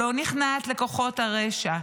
שלא נכנעת לכוחות הרשע,